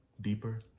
deeper